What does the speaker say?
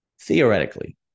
theoretically